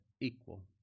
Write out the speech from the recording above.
equal